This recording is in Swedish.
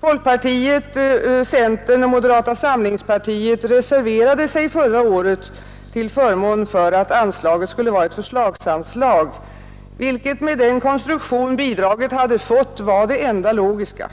Folkpartiet, centern och moderata samlingspartiet reserverade sig förra året till förmån för att anslaget skulle vara ett förslagsanslag, vilket med den konstruktion bidraget hade fått var det enda logiska.